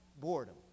Boredom